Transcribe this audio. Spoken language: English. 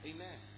Amen